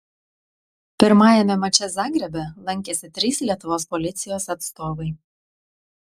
pirmajame mače zagrebe lankėsi trys lietuvos policijos atstovai